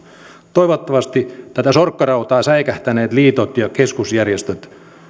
toivottavasti tätä sorkkarautaa säikähtäneet liitot ja keskusjärjestöt